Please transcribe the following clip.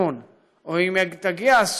או אם יגיע מינהל התכנון,